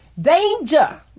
danger